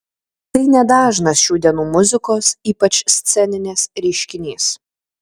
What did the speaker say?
tai nedažnas šių dienų muzikos ypač sceninės reiškinys